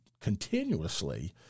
continuously